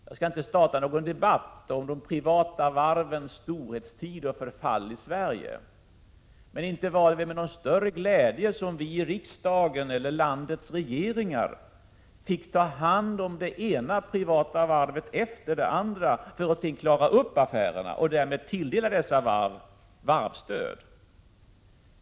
Jag skall inte starta någon debatt om de privata varvens storhetstid och förfall i Sverige, men inte var det med någon större glädje som riksdagen och landets regeringar fick ta hand om det ena privata varvet efter det andra för att sedan klara upp affärerna genom att tilldela dem varvsstöd.